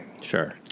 Sure